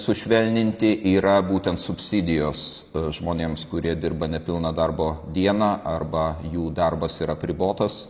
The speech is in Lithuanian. sušvelninti yra būtent subsidijos žmonėms kurie dirba nepilną darbo dieną arba jų darbas yra apribotas